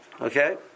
okay